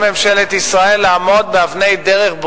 תמיד העבודה תהיה בפנים.